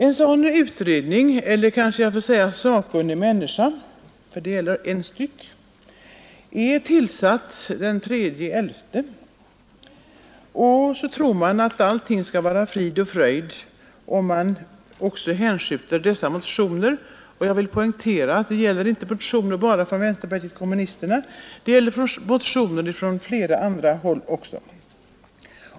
En sådan utredning — eller jag kanske får säga sakkunnig, för det gäller en enda person — är tillsatt den 3 november. Och så tror man att allt skall vara frid och fröjd om man hänskjuter dessa motioner till utredningen. Jag vill poängtera att det inte bara gäller motioner från vänsterpartiet kommunisterna, utan det gäller också motioner från flera andra håll.